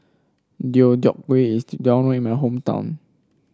Deodeok Gui is well known in my hometown